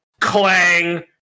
clang